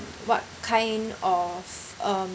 what kind of um